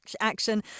action